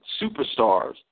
Superstars